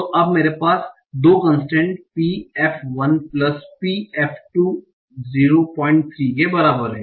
तो अब मेरे पास 2 constraint P f 1 plus P f 2 03 के बराबर है